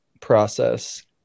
process